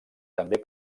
també